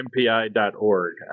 MPI.org